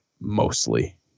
mostly